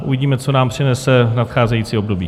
Uvidíme, co nám přinese nadcházející období.